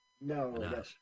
No